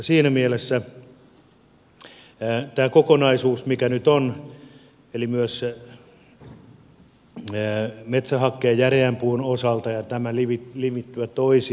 siinä mielessä tässä kokonaisuudessa mikä nyt on myös metsähake järeän puun osalta ja tämä limittyvät toisiinsa